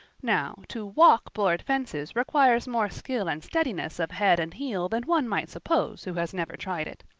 now, to walk board fences requires more skill and steadiness of head and heel than one might suppose who has never tried it.